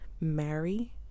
marry